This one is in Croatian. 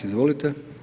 Izvolite.